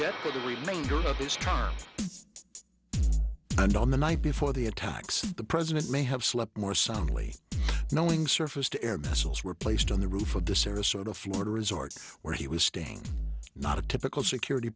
remains and on the night before the attacks the president may have slept more soundly knowing surface to air missiles were placed on the roof of the service sort of florida resort where he was staying not a typical security